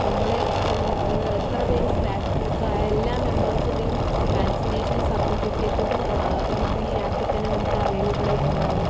നമ്മള് എത്ര പേര് വാക്സിനെടുത്തു അത് എല്ലാ മെമ്പേഴ്സിന്റെയും വാക്സിനേഷൻ സർട്ടിഫിക്കറ്റും ഇത് ഈ ആപ്പിൽ തന്നെ നമുക്ക് അവൈലബിളായിട്ടുണ്ടാവും